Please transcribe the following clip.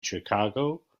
chicago